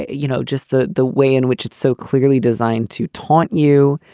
you know, just the the way in which it's so clearly designed to taunt you,